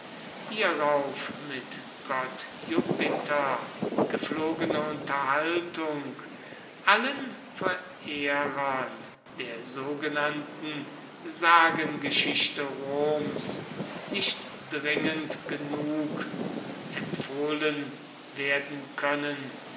hierauf mit gott jupiter gepflogene unterhaltung allen verehrern der sogenannten sagengeschichte roms nicht dringend genug empfohlen werden können